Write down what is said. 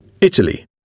Italy